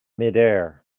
midair